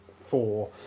four